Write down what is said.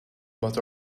but